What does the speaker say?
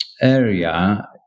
area